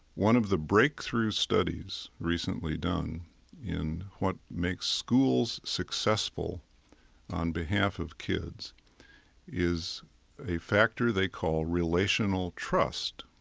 one of the breakthrough studies recently done in what makes schools successful on behalf of kids is a factor they call relational trust.